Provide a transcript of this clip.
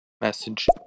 message